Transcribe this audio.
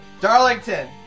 Darlington